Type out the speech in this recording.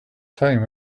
time